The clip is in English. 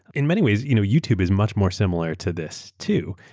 in many ways, you know youtube is much more similar to this, too.